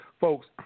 Folks